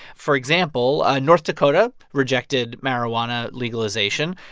for example, north dakota rejected marijuana legalization.